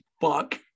fuck